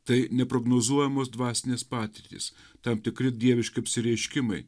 tai neprognozuojamos dvasinės patirtys tam tikri dieviški apsireiškimai